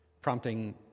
prompting